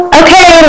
okay